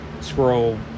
scroll